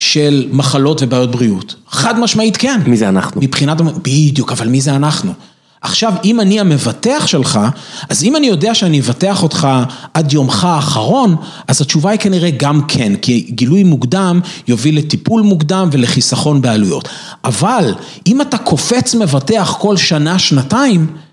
‫של מחלות ובעיות בריאות. ‫חד משמעית כן. ‫מי זה אנחנו? ‫מבחינת... בדיוק, אבל מי זה אנחנו? ‫עכשיו, אם אני המבטח שלך, ‫אז אם אני יודע שאני אבטח אותך ‫עד יומך האחרון, ‫אז התשובה היא כנראה גם כן, ‫כי גילוי מוקדם יוביל לטיפול מוקדם ‫ולחיסכון בעלויות. ‫אבל אם אתה קופץ מבטח ‫כל שנה, שנתיים...